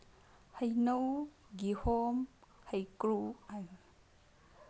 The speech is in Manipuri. ꯍꯩꯅꯧ ꯀꯤꯍꯣꯝ ꯍꯩꯀ꯭ꯔꯨ